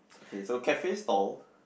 okay so cafe stall